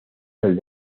del